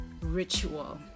ritual